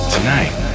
Tonight